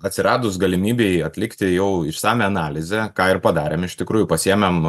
atsiradus galimybei atlikti jau išsamią analizę ką ir padarėm iš tikrųjų pasiėmėm